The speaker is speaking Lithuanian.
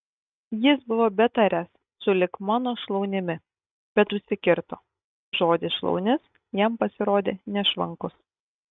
jis buvo betariąs sulig mano šlaunimi bet užsikirto žodis šlaunis jam pasirodė nešvankus